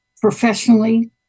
professionally